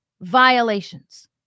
violations